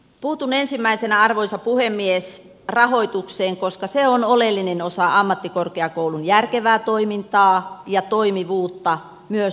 puutun ensimmäisenä arvoisa puhemies rahoitukseen koska se on oleellinen osa ammattikorkeakoulun järkevää toimintaa ja toimivuutta myös alueilla